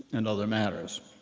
and other matters.